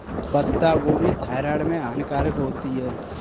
पत्ता गोभी थायराइड में हानिकारक होती है